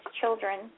children